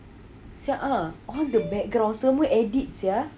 !siala! all the background semua edit sia